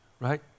right